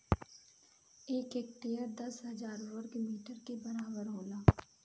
एक हेक्टेयर दस हजार वर्ग मीटर के बराबर होला